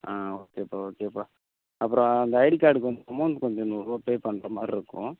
ஆ ஓகேப்பா ஓகேப்பா அப்பறம் அந்த ஐடி கார்டுக்கு வந்து அமௌண்ட் கொஞ்சம் நூறுனபா பே பண்ணுற மாதிரி இருக்கும்